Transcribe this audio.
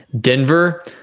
denver